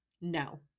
no